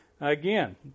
Again